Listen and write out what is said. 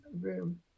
room